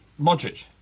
Modric